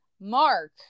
Mark